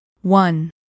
One